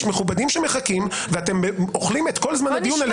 יש מכובדים שמחכים, ואתם אוכלים את כל זמן הדיון.